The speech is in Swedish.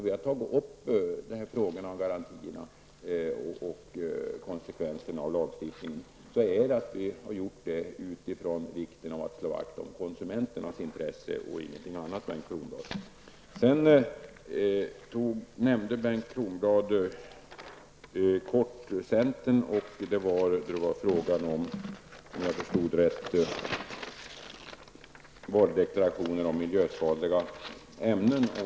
Vi har tagit upp frågorna om garantierna och konsekvenserna av lagstiftningen med utgångspunkt i vikten av att slå vakt om konsumenternas intresse, Bengt Bengt Kronblad tog kort upp centern och frågan om varudeklarationer om miljöfarliga ämnen.